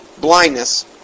blindness